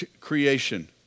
creation